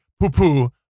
poo-poo